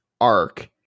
arc